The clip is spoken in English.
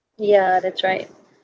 ya that's right